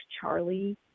Charlie